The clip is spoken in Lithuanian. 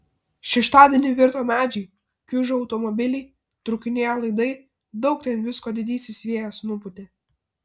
šeštadienį virto medžiai kiužo automobiliai trūkinėjo laidai daug ten visko didysis vėjas nupūtė